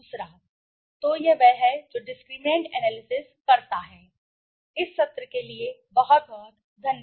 तो यह वह है जो डिस्क्रिमिनैंट एनालिसिस करता है इस सत्र के लिए बहुत बहुत